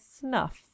snuff